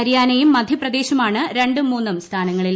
ഹരിയാനയും മധ്യപ്രദേശുമാണ് രണ്ടും മൂന്നും സ്ഥാനങ്ങളിൽ